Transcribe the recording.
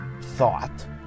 thought